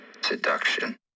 seduction